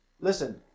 Listen